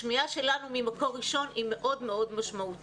השמיעה שלנו ממקור ראשון היא מאוד משמעותית.